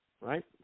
right